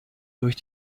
durch